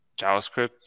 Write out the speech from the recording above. JavaScript